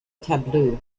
tableau